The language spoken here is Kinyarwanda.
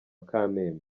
kamembe